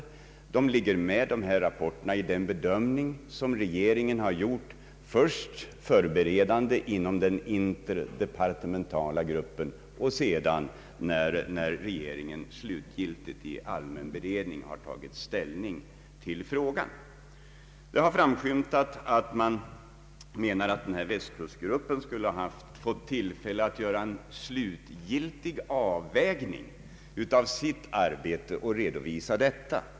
Rapporterna ligger för det andra med i den bedömning som regeringen har gjort, först förberedande inom den interdeparte mentala gruppen och därefter när regeringen slutgiltigt i allmän beredning har tagit ställning till frågan. Det har framskymtat att man anser att Västkustgruppen borde ha fått tillfälle att göra en slutgiltig avvägning av sitt arbete och redovisa detta.